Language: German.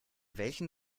welchen